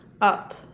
up